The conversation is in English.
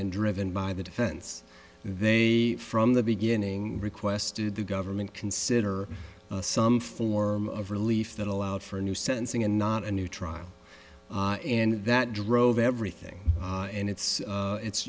and driven by the defense they from the beginning requested the government consider some form of relief that allowed for a new sentencing and not a new trial and that drove everything and it's it's